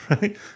right